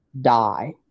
die